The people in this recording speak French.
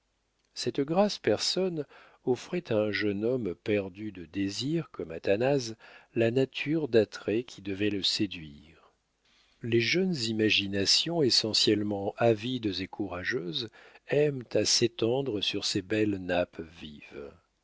cette grasse personne offrait à un jeune homme perdu de désirs comme athanase la nature d'attraits qui devait le séduire les jeunes imaginations essentiellement avides et courageuses aiment à s'étendre sur ces belles nappes vives